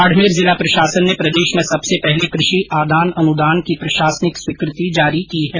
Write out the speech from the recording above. बाड़मेर जिला प्रशासन ने प्रदेश में सबसे पहले कूर्षि आदान अनुदान की प्रशासनिक स्वीकृति जारी की है